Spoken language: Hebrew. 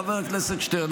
חבר הכנסת שטרן,